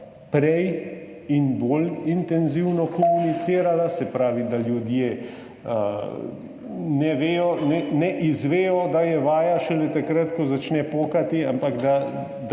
prej in bolj intenzivno komunicirala, se pravi da ljudje ne vedo, ne izvedo, da je vaja šele takrat, ko začne pokati, ampak da